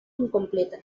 incompleta